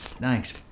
Thanks